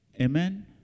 Amen